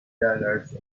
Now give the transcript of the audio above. dollars